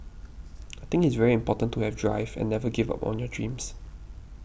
I think it's very important to have drive and never give up on your dreams